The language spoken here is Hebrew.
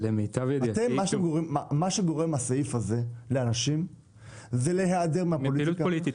מה שגורם הסעיף הזה לאנשים זה להיעדר מפוליטיקה,